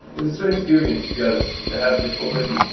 so experience because to have this book written,